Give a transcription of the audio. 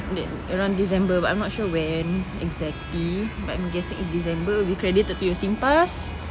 that around december but I'm not sure when exactly but I'm guessing it's december it'll be credited to your SingPass